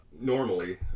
Normally